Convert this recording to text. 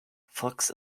fox